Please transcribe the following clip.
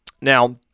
Now